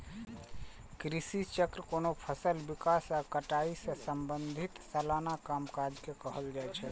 कृषि चक्र कोनो फसलक विकास आ कटाई सं संबंधित सलाना कामकाज के कहल जाइ छै